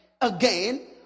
again